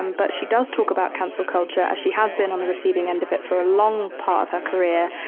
um but she does talk about cancel culture as she has been on the receiving end of it for a long part of her career.